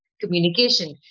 communication